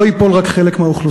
לא ייפול רק על חלק מהאוכלוסייה.